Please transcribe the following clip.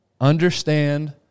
Understand